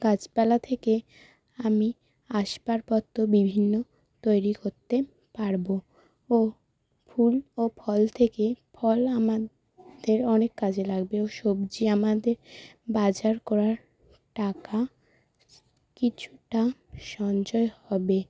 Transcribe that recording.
গাছপালা থেকে আমি আসবারপত্র বিভিন্ন তৈরি করতে পারবো ও ফুল ও ফল থেকে ফল আমাদের অনেক কাজে লাগবে ও সবজি আমাদের বাজার করার টাকা কিছুটা সঞ্চয় হবে